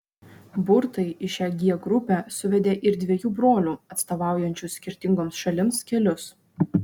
burtai į šią g grupę suvedė ir dviejų brolių atstovaujančių skirtingoms šalims kelius